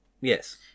Yes